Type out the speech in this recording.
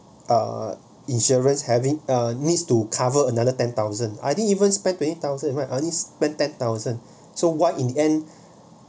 uh insurance having uh needs to cover another ten thousand I didn't even spend twenty thousand I didn't spent ten thousand so why in the end